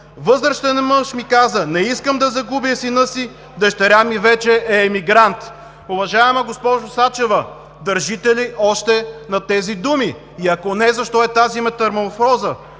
Възрастен мъж ми каза: „Не искам да загубя и сина си, дъщеря ми вече е емигрант.“ Уважаема госпожо Сачева, държите ли още на тези думи, и ако не, защо е тази метаморфоза?